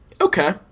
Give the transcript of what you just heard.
Okay